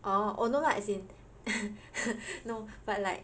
oh no lah as in no but like